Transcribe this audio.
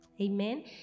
Amen